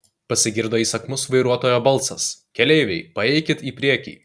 pasigirdo įsakmus vairuotojo balsas keleiviai paeikit į priekį